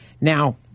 Now